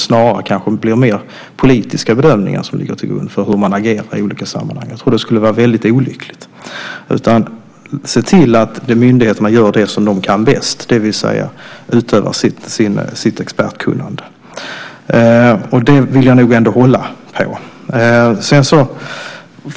Snarare blir det då politiska bedömningar som ligger till grund för agerandet i olika sammanhang. Jag tror att det skulle vara väldigt olyckligt. I stället ska vi se till att myndigheterna gör det som de kan bäst, det vill säga att utöva sitt expertkunnande. Det vill vi hålla på.